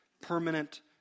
permanent